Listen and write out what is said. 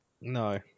No